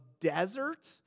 desert